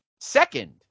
second